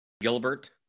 Gilbert